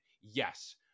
Yes